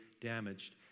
damaged